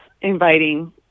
inviting